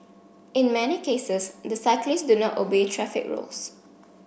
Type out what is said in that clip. in many cases the cyclists do not obey traffic rules